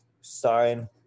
sign